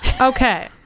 okay